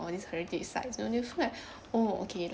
all these heritage sites and they will feel like oh okay